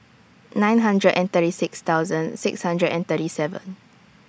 nine hundred and thirty six thousand six hundred and thirty seven